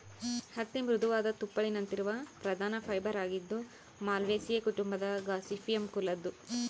ಹತ್ತಿ ಮೃದುವಾದ ತುಪ್ಪುಳಿನಂತಿರುವ ಪ್ರಧಾನ ಫೈಬರ್ ಆಗಿದ್ದು ಮಾಲ್ವೇಸಿಯೇ ಕುಟುಂಬದ ಗಾಸಿಪಿಯಮ್ ಕುಲದ್ದು